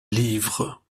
livres